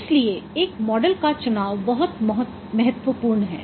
इसलिए एक मॉडल का चुनाव बहुत महत्वपूर्ण है